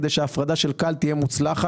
כדי שההפרדה של כאל תהיה מוצלח,